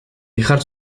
dejar